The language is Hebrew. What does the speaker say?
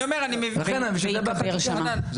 וייקבר שם.